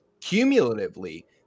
cumulatively